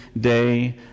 day